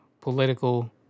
political